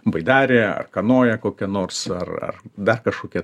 baidarę ar kanoją kokią nors ar ar dar kažkokią